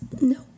no